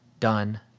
done